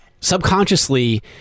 Subconsciously